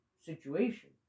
situation